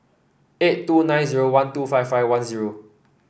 eight two nine zero one two five five one zero